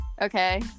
Okay